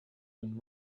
and